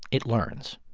it learns.